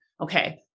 Okay